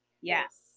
Yes